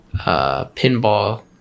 pinball